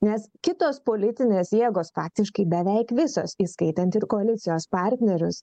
nes kitos politinės jėgos faktiškai beveik visos įskaitant ir koalicijos partnerius